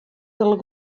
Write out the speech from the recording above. del